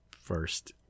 first